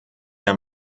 der